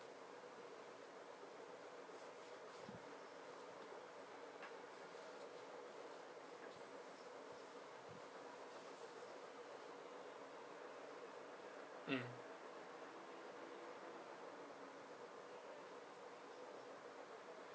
mm